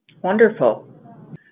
wonderful